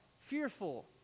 fearful